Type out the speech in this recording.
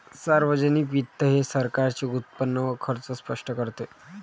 सार्वजनिक वित्त हे सरकारचे उत्पन्न व खर्च स्पष्ट करते